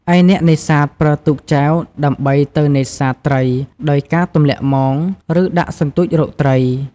ឯអ្នកនេសាទប្រើទូកចែវដើម្បីទៅនេសាទត្រីដោយការទម្លាក់មង ឬដាក់សន្ទូចរកត្រី។